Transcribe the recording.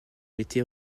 été